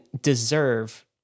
deserve